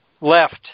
left